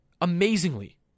amazingly